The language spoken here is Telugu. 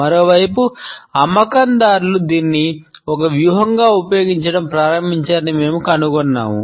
మరోవైపు అమ్మకందారులు దీనిని ఒక వ్యూహంగా ఉపయోగించడం ప్రారంభించారని మేము కనుగొన్నాము